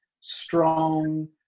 strong